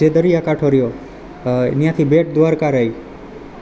જે દરિયા કાંઠો રહ્યો ત્યાંથી બેટ દ્વારકા રહી